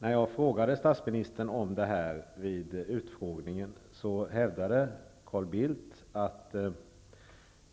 När jag frågade statsministern om detta vid utfrågningen, hävdade Carl Bildt att